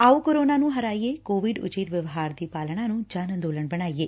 ਆਓ ਕੋਰੋਨਾ ਨੁੰ ਹਰਾਈਏਂ ਕੋਵਿਡ ਉਚਿੱਤ ਵਿਵਹਾਰ ਦੀ ਪਾਲਣਾ ਨੂੰ ਜਨ ਅੰਦੋਲਨ ਬਣਾਈਏ